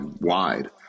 wide